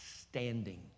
standing